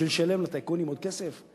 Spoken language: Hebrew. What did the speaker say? בשביל לשלם לטייקונים עוד כסף?